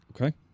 Okay